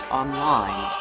online